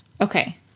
Okay